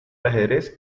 ajedrez